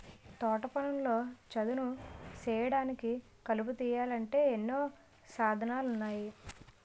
తోటపనుల్లో చదును సేయడానికి, కలుపు తీయాలంటే ఎన్నో సాధనాలున్నాయి